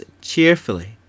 cheerfully